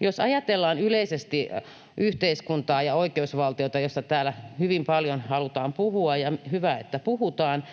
Jos ajatellaan yleisesti yhteiskuntaa ja oikeusvaltiota, josta täällä hyvin paljon halutaan puhua — ja hyvä, että puhutaan,